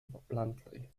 bluntly